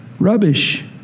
rubbish